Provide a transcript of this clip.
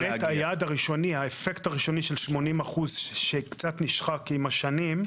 האפקט הראשוני של 80% שקצת נשחק עם השנים,